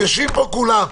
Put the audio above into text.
יושבים פה כולם,